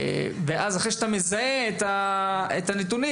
ואז אחרי שאתה מזהה את הנתונים,